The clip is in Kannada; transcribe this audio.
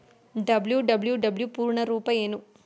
ಡಬ್ಲ್ಯೂ.ಡಬ್ಲ್ಯೂ.ಡಬ್ಲ್ಯೂ ಪೂರ್ಣ ರೂಪ ಏನು?